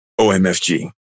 OMFG